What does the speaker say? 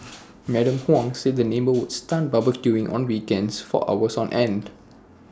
Madam Huang said the neighbour would start barbecuing on weekends for hours on end